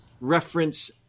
reference